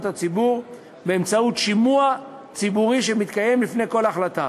הציבור באמצעות שימוע ציבורי שמתקיים לפני כל החלטה.